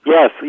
Yes